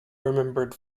remembered